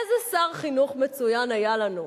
איזה שר חינוך מצוין היה לנו,